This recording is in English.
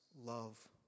love